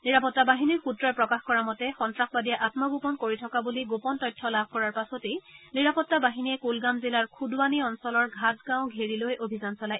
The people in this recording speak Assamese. নিৰাপত্তা বাহিনীৰ সূত্ৰই প্ৰকাশ কৰা মতে সন্নাসবাদীয়ে আমগোপন কৰি থকা বুলি গোপন তথ্য লাভ কৰাৰ পাছতেই নিৰাপত্তা বাহিনীয়ে কুলগাম জিলাৰ খদৱানী অঞ্চলৰ ঘাট গাঁও ঘেৰি লৈ অভিযান চলায়